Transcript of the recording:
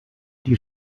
die